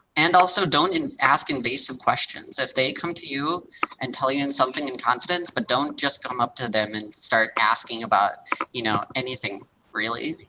and also don't ask ask invasive questions, if they come to you and tell you and something in confidence, but don't just come up to them and start asking about you know anything really,